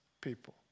people